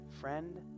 friend